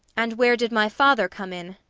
and where did my father come in?